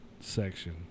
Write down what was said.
section